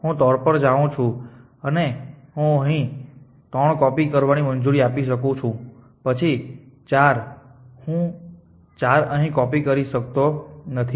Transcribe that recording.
હું 3 પર જાઉં છું અને હું અહીં 3 કોપી કરવાની મંજૂરી આપી શકું છું પછી 4 હું 4 અહીં કોપી કરી શકતો નથી